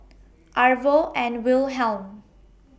Arvo and Wilhelm